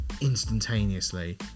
instantaneously